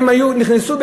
הם בקושי נכנסו,